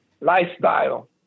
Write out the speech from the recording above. lifestyle